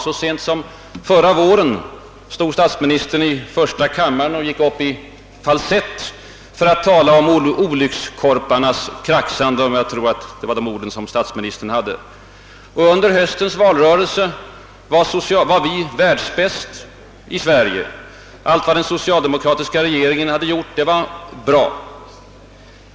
Så sent som förra våren gick statsministern i första kammaren upp i falsett för att tala om olyckskorparnas kraxande -— jag tror att det var just de ord statsministern använde. Under höstens valrörelse var vi världsbäst. Allt vad den socialdemokratiska regeringen hade gjort var bra.